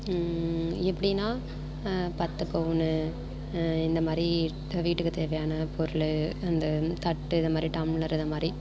எப்படின்னா பத்து பவுனு இந்த மாதிரி வீட்டுக்கு தேவையான பொருள் இந்த தட்டு இந்தமாதிரி டம்ளர் இதைமாதிரி